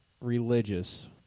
religious